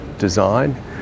design